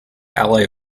ally